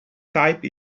type